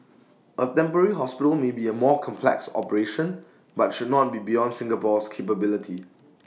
A temporary hospital may be A more complex operation but should not be beyond Singapore's capability